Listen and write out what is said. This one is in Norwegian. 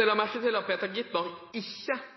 at Peter Skovholt Gitmark ikke